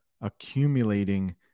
accumulating